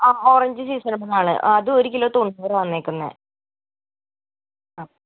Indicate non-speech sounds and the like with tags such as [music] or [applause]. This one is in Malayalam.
ആ ഓറഞ്ച് [unintelligible] അതൊര് കിലോ തൊണ്ണൂറാണ് വന്നേക്കുന്നത് ആ